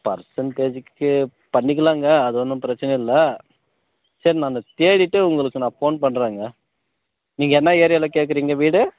பர்சண்டேஜூக்கு பண்ணிக்கலாங்க அது ஒன்றும் பிரச்சின இல்லை நான் தேடிவிட்டு நான் உங்களுக்கு ஃபோன் பண்ணுறேன் நீங்கள் என்ன ஏரியாவில் கேட்குறிங்க வீடு